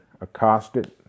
accosted